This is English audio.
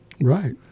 Right